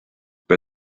bei